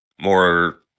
more